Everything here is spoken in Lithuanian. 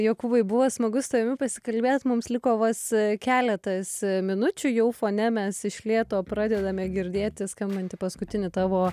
jokūbai buvo smagu su tavimi pasikalbėt mums liko vos keletas minučių jau fone mes iš lėto pradedame girdėti skambantį paskutinį tavo